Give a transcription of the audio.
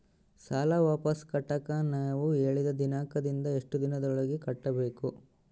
ಸಾಲ ವಾಪಸ್ ಕಟ್ಟಕ ನೇವು ಹೇಳಿದ ದಿನಾಂಕದಿಂದ ಎಷ್ಟು ದಿನದೊಳಗ ಕಟ್ಟಬೇಕು?